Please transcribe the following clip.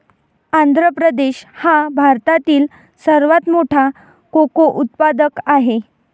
आंध्र प्रदेश हा भारतातील सर्वात मोठा कोको उत्पादक आहे